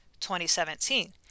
2017